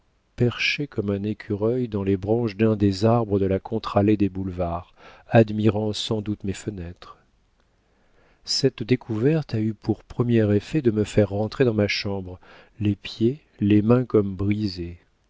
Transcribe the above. perché comme un écureuil dans les branches d'un des arbres de la contre-allée des boulevards admirant sans doute mes fenêtres cette découverte a eu pour premier effet de me faire rentrer dans ma chambre les pieds les mains comme brisés